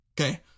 Okay